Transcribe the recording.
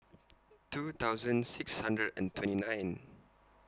two thousand six hundred and twenty nine